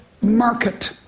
market